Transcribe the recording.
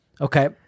Okay